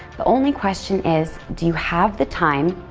the only question is, do you have the time,